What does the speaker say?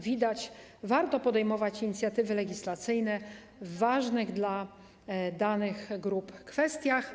Widać, że warto podejmować inicjatywy legislacyjne w ważnych dla danych grup kwestiach.